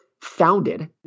founded